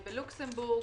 בלוקסמבורג,